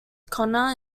connor